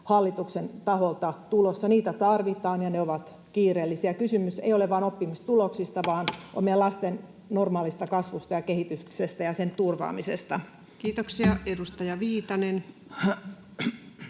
hallituksen taholta tulossa? Niitä tarvitaan, ja ne ovat kiireellisiä. Kysymys ei ole vain oppimistuloksista vaan lasten normaalista kasvusta ja kehityksestä ja niiden turvaamisesta. Kiitoksia. — Edustaja Viitanen.